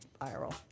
Viral